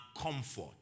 comfort